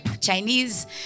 Chinese